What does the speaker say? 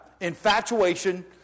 Infatuation